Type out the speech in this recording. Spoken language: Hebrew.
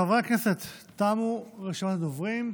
חברי הכנסת, תמה רשימת הדוברים.